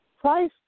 Price